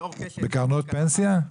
בקרנות פנסיה?